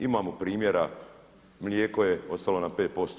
Imamo primjera mlijeko je ostalo na 5%